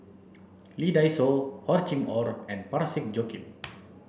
Lee Dai Soh Hor Chim Or and Parsick Joaquim